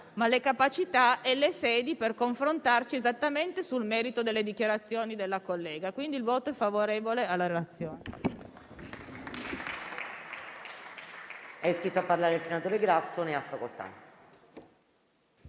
le capacità e le sedi per confrontarsi esattamente sul merito delle dichiarazioni della collega. Dichiaro quindi il voto favorevole sulla relazione.